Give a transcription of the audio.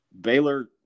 Baylor